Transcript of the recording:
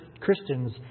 Christians